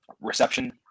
reception